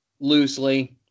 loosely